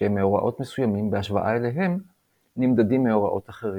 שהם מאורעות מסוימים בהשוואה אליהם נמדדים מאורעות אחרים.